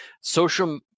social